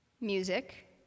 Music